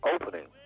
opening